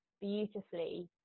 beautifully